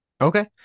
Okay